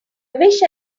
wish